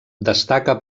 destaca